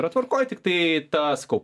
yra tvarkoj tiktai tą sakau